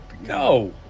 No